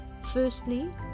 Firstly